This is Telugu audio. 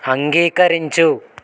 అంగీకరించు